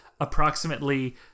approximately